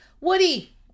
Woody